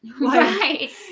right